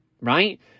right